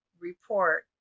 report